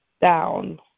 down